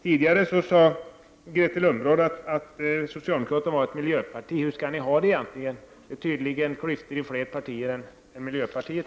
Tidigare sade Grethe Lundblad att socialdemokraterna var ett miljöparti. Hur skall ni egentligen ha det? Det finns tydligen i dag klyftor i fler partier än i miljöpartiet.